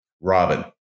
Robin